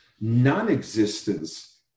non-existence